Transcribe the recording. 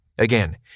Again